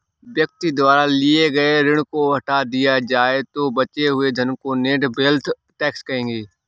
व्यक्ति द्वारा लिए गए ऋण को हटा दिया जाए तो बचे हुए धन को नेट वेल्थ टैक्स कहेंगे